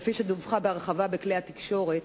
כפי שדווחה בהרחבה בכלי התקשורת,